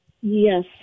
Yes